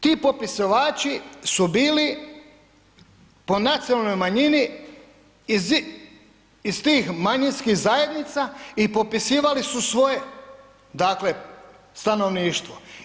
Ti popisivači su bili po nacionalnoj manjini iz tih manjinskih zajednica i popisivali su svoje dakle stanovništvo.